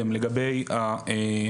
אהלן.